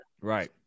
Right